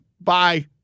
Bye